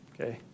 Okay